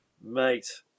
mate